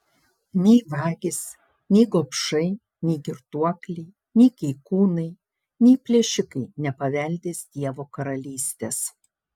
nei vagys nei gobšai nei girtuokliai nei keikūnai nei plėšikai nepaveldės dievo karalystės